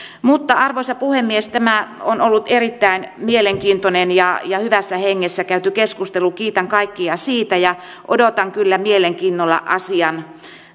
arvoisa puhemies tämä on ollut erittäin mielenkiintoinen ja ja hyvässä hengessä käyty keskustelu kiitän kaikkia siitä ja odotan kyllä mielenkiinnolla asian